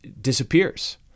disappears